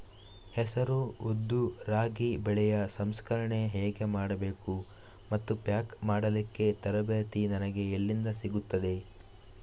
ಹೆಸರು, ಉದ್ದು, ರಾಗಿ ಬೆಳೆಯ ಸಂಸ್ಕರಣೆ ಹೇಗೆ ಮಾಡಬೇಕು ಮತ್ತು ಪ್ಯಾಕ್ ಮಾಡಲಿಕ್ಕೆ ತರಬೇತಿ ನನಗೆ ಎಲ್ಲಿಂದ ಸಿಗುತ್ತದೆ?